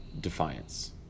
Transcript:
Defiance